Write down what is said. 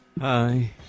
Hi